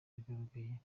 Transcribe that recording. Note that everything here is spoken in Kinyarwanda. yagaragaye